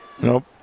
Nope